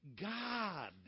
God